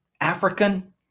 African